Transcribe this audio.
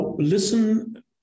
listen